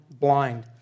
blind